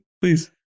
please